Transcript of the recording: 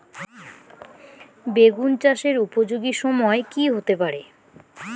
বেগুন চাষের উপযোগী সময় কি হতে পারে?